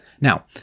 Now